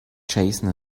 jason